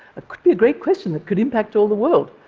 could be a great question that could impact all the world.